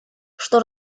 что